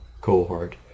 cohort